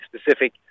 specific